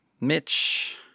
Mitch